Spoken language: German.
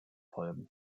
folgen